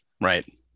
right